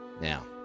Now